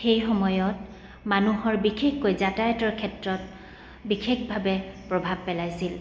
সেই সময়ত মানুহৰ বিশেষকৈ যাতায়াতৰ ক্ষেত্ৰত বিশেষভাৱে প্ৰভাৱ পেলাইছিল